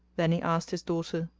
then he asked his daughter,